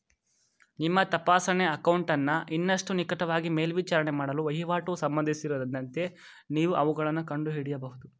ನಿಮ್ಮ ತಪಾಸಣೆ ಅಕೌಂಟನ್ನ ಇನ್ನಷ್ಟು ನಿಕಟವಾಗಿ ಮೇಲ್ವಿಚಾರಣೆ ಮಾಡಲು ವಹಿವಾಟು ಸಂಬಂಧಿಸಿದಂತೆ ನೀವು ಅವುಗಳನ್ನ ಕಂಡುಹಿಡಿಯಬಹುದು